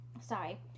Sorry